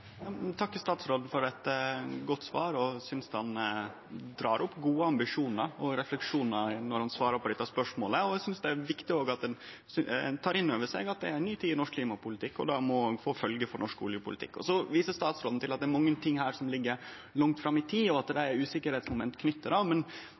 statsråden for eit godt svar og synest han dreg opp gode ambisjonar og refleksjonar når han svarar på dette spørsmålet. Eg synest òg det er viktig at ein tek inn over seg at det er ei ny tid i norsk klimapolitikk, og at det må få følgjer for norsk oljepolitikk. Så viser statsråden til at det er mange ting som ligg langt fram i tid, og at det